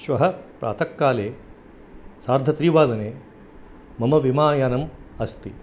श्वः प्रातः काले सार्धत्रिवादने मम विमानयनम् अस्ति